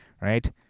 right